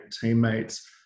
teammates